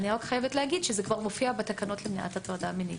אני חייבת להגיד שזה כבר מופיע בתקנות למניעת הטרדה מינית.